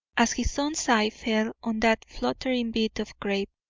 as his son's eye fell on that fluttering bit of crape,